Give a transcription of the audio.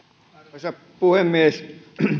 arvoisa puhemies